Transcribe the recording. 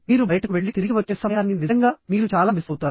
మీరు బయటకు వెళ్లి తిరిగి వచ్చే సమయాన్ని నిజంగా మీరు చాలా మిస్ అవుతారు